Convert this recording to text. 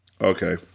okay